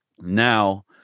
now